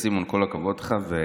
אז, סימון, כל הכבוד לך.